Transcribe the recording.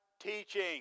teaching